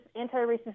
anti-racist